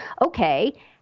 Okay